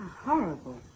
Horrible